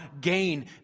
gain